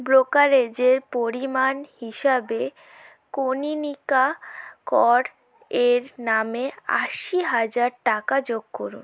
ব্রোকারেজের পরিমাণ হিসাবে কনীনিকা কর এর নামে আশি হাজার টাকা যোগ করুন